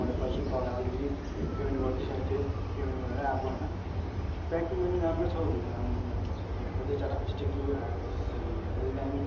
मैले पैसा तपाईँलाई अलरेडी पेमेन्ट गरिदिइसकेको थिएँ पेमेन्ट गरेर आँको होइन प्याकिङ पनि राम्रो छ हौ लु आम्मामा हेर्दा चैँ चाटाक चिटिक लु आइँसाले हेर्दा चाहिँ दामी